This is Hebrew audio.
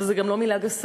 וזו גם לא מילה גסה,